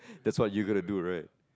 that's what you gonna do right